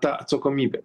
ta atsakomybė